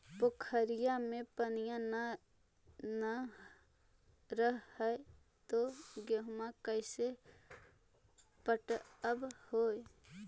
पोखरिया मे पनिया न रह है तो गेहुमा कैसे पटअब हो?